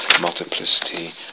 multiplicity